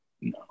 No